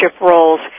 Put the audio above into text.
roles